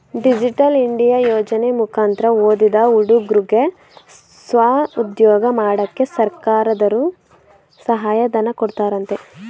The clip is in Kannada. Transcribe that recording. ಡಿಜಿಟಲ್ ಇಂಡಿಯಾ ಯೋಜನೆ ಮುಕಂತ್ರ ಓದಿದ ಹುಡುಗುರ್ಗೆ ಸ್ವಉದ್ಯೋಗ ಮಾಡಕ್ಕೆ ಸರ್ಕಾರದರ್ರು ಸಹಾಯ ಧನ ಕೊಡ್ತಾರಂತೆ